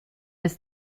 bis